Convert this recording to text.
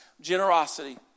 generosity